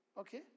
okay